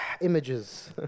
images